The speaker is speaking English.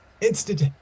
instant